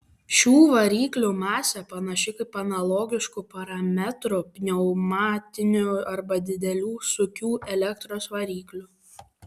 šių variklių masė panaši kaip analogiškų parametrų pneumatinių arba didelių sūkių elektros variklių